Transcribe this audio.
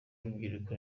w’urubyiruko